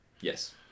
Yes